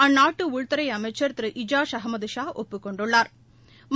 அந்நாட்டு உள்துறை அமைச்சர் திரு இஜாஷ் அகமது ஷா ஒப்புக் கொண்டுள்ளாா்